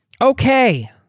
Okay